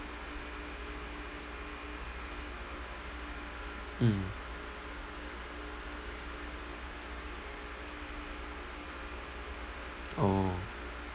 mm orh